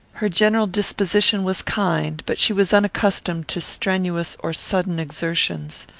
her general disposition was kind, but she was unaccustomed to strenuous or sudden exertions.